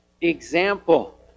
example